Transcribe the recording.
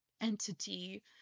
entity